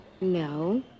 no